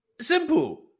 Simple